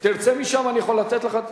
אני מבקש גם, תרצה משם, אני יכול לתת לך.